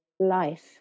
life